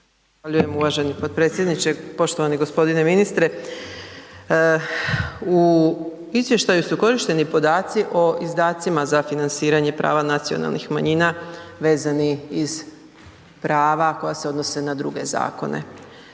Zahvaljujem uvaženi potpredsjedniče. Poštovani g. ministre, u izvještaju su korišteni podaci o izdaci za financiranje prava nacionalnih manjina vezani iz prava koja se odnose na druge zakone.